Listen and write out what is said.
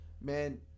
man